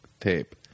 tape